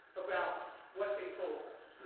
about what they told